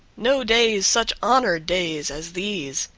no days such honored days as these!